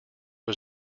was